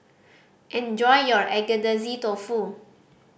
enjoy your Agedashi Dofu